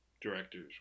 directors